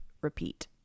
repeat